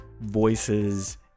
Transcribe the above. voices